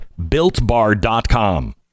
BuiltBar.com